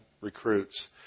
recruits